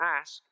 ask